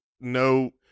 no